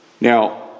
now